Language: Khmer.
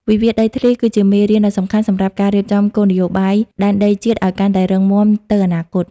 វិវាទដីធ្លីគឺជាមេរៀនដ៏សំខាន់ សម្រាប់ការរៀបចំគោលនយោបាយដែនដីជាតិឱ្យកាន់តែរឹងមាំទៅអនាគត។